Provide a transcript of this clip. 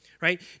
right